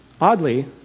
Oddly